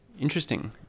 Interesting